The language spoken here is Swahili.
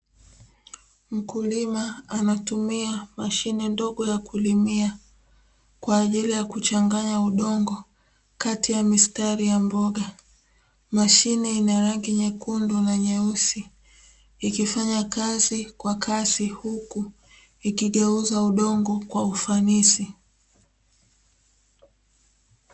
Mkulima anatumia mashine ndogo ya kulimia kwa ajili ya kuchanganya udongo kati ya mistari ya mboga. Mashine ina rangi nyekundu na nyeusi ikifanya kazi kwa kasi, huku ikigeuza udongo kwa ufanisi.